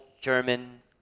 German